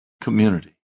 community